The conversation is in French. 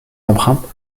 empreintes